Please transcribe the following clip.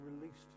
released